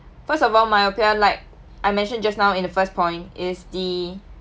first of all myopia like I mentioned just now in the first point is the